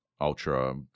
ultra